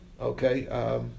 okay